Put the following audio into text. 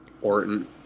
Orton